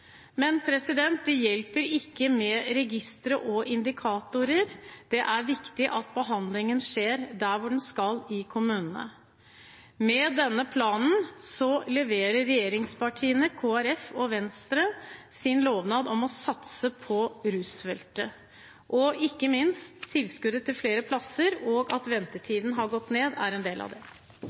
Men det hjelper ikke med registre og indikatorer, det er viktig at behandlingen skjer der den skal, i kommunene. Med denne planen leverer regjeringspartiene, Kristelig Folkeparti og Venstre sin lovnad om å satse på rusfeltet. Ikke minst er tilskuddet til flere plasser og det at ventetiden har gått ned, en del av det.